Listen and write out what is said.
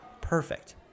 Perfect